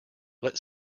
let